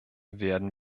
werden